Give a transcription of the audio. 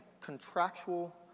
contractual